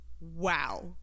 wow